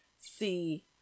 see